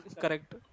Correct